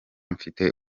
mfite